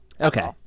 Okay